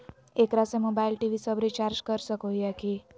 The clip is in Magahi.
एकरा से मोबाइल टी.वी सब रिचार्ज कर सको हियै की?